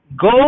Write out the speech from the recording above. Go